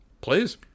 Please